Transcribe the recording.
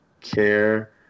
care